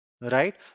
Right